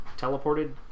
teleported